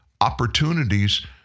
opportunities